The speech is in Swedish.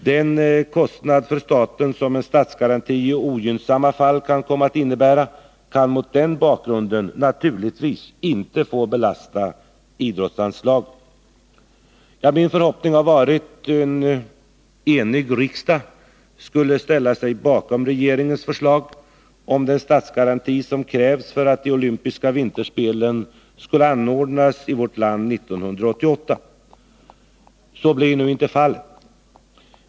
Den kostnad för staten som en statsgaranti i ogynnsamma fall kan komma att innebära kan mot denna bakgrund naturligtvis inte få belasta idrottsanslaget. Min förhoppning har varit att en enig riksdag skulle ställa sig bakom regeringens förslag om den statsgaranti som krävs för att de olympiska vinterspelen skall kunna anordnas i vårt land 1988. Så blev nu inte fallet.